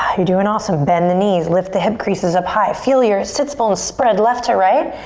you're doing awesome. bend the knees, lift the hip creases up high. feel your sits bones spread left to right.